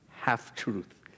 half-truth